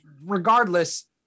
regardless